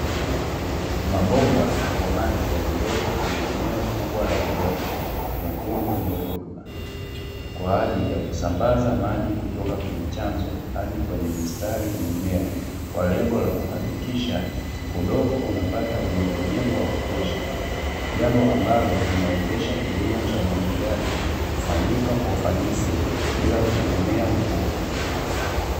Mabomba ya maji yaliyopo kwenye eneo kubwa la udongo mwekundu wenye rutuba kwa ajili ya kusambaza maji, kutoka kwenye chanzo hadi kwenye mistari ya mimea, kwa lengo la kuhakikisha udongo unapata unyevevu wa kutosha jambo ambalo linawezesha kilimo cha umwagiliaji kufanyika kwa ufanisi bila kutegemea mvua.